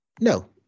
No